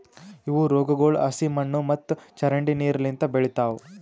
ಇವು ರೋಗಗೊಳ್ ಹಸಿ ಮಣ್ಣು ಮತ್ತ ಚರಂಡಿ ನೀರು ಲಿಂತ್ ಬೆಳಿತಾವ್